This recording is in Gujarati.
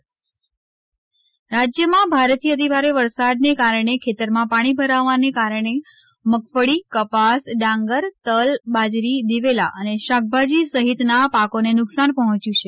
પાક નુકશાની સહાય રાજ્યમાં ભારેથી અતિભારે વરસાદના કારણે ખેતરમાં પાણી ભરાવવાની કારણે મગફળી કપાસ ડાંગર તલ બાજરી દિવેલા અને શાકભાજી સહિતના પાકોને નુકસાન પહોંચ્યું છે